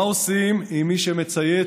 מה עושים עם מי שמצייץ,